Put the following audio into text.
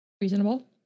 Reasonable